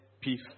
Peace